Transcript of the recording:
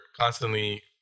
constantly